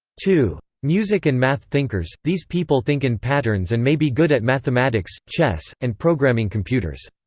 two. music and math thinkers these people think in patterns and may be good at mathematics chess, and programming computers.